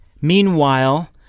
Meanwhile